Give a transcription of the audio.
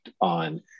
on